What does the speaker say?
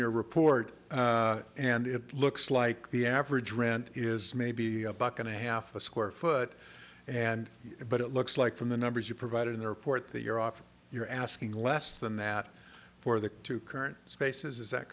your report and it looks like the average rent is maybe a buck and a half a square foot and but it looks like from the numbers you provided in the report that you're off you're asking less than that for the two current spaces is that